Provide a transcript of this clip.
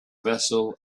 vessel